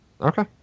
Okay